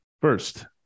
First